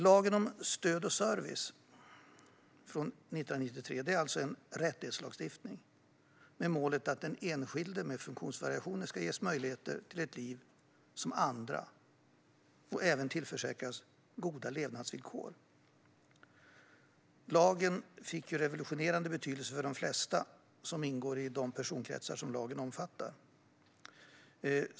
Lagen om stöd och service från 1993 är alltså en rättighetslagstiftning med målet att den enskilde med funktionsvariationer ska ges möjligheter till ett liv som andra och även tillförsäkras goda levnadsvillkor. Lagen fick revolutionerande betydelse för de flesta som ingår i de personkretsar lagen omfattar.